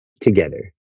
together